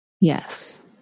Yes